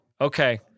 Okay